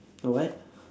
a what